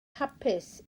hapus